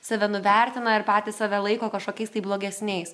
save nuvertina ir patys save laiko kažkokiais tai blogesniais